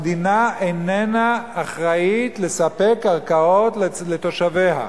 המדינה איננה אחראית לספק קרקעות לתושביה.